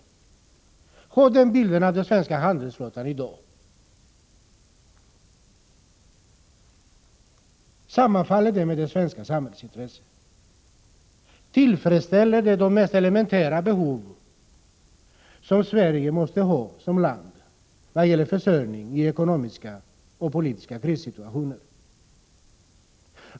Sammanfaller bilden av den svenska handelsflottan i dag med det svenska samhällsintresset? Tillfredsställer den de mest elementära behov som Sverige måste ha som land vad gäller försörjning i ekonomiska och politiska krissituationer?